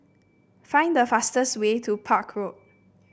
find the fastest way to Park Road